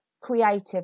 creative